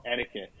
etiquette